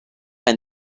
and